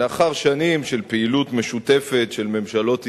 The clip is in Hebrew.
לאחר שנים של פעילות משותפת של ממשלות ישראל,